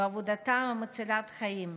בעבודתם מצילת החיים.